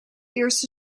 eerste